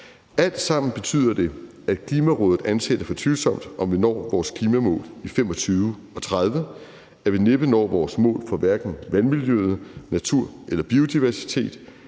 Alt sammen betyder det, at Klimarådet anser det for tvivlsomt, at vi når vores klimamål i 2025 og 2030, og mener, at vi næppe når vores mål for hverken vandmiljø, natur eller biodiversitet;